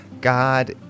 God